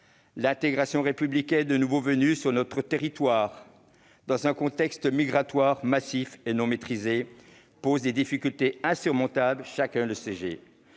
l'intégration républicaine de nouveaux venus sur notre territoire, dans un contexte migratoire massif et non maîtrisé, pose des difficultés insurmontables, chacun le sait.